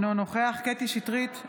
אינו נוכח קטי קטרין שטרית,